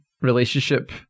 relationship